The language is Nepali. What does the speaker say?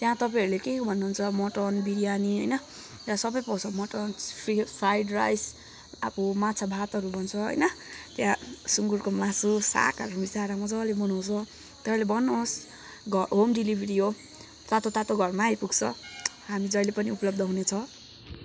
त्यहाँ तपाईहरूले के भन्नु हुन्छ मटन बिरियानी होइन त्यहाँ सबै पाउँछ मटन फ्राइड राइस अब माछा भातहरू भन्छ होइन त्यहाँ सुँगुरको मासु सागहरू मिसाएर मज्जाले बनाउँछ तपाईँले भन्नुहोस् घर होम डेलिभरी हो तातो तातो घरमा आइपुग्छ हामी जहिले पनि उपलब्ध हुनेछौँ